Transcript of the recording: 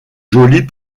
jolie